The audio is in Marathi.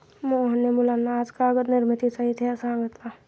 मोहनने मुलांना आज कागद निर्मितीचा इतिहास सांगितला